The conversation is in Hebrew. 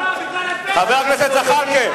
בגלל הפשע, בגלל הרצח, חבר הכנסת זחאלקה.